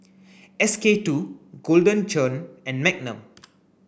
S K two Golden Churn and Magnum